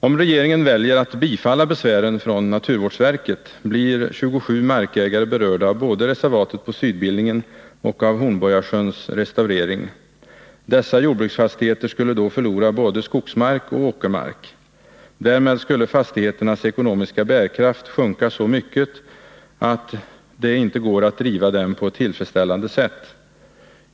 Om regeringen väljer att bifalla besvären från naturvårdsverket, blir 27 markägare berörda både av reservatet på Sydbillingen och av Hornborgasjöns restaurering. Dessa jordbruksfastigheter skulle då förlora både skogsmark och åkermark. Därmed skulle fastigheternas ekonomiska bärkraft sjunka så mycket att det inte går att driva dem på ett tillfredsställande sätt.